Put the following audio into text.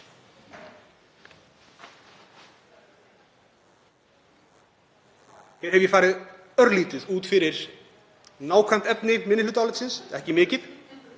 Hér hef ég farið örlítið út fyrir nákvæmt efni minnihlutaálitsins, ekki mikið,